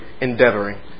endeavoring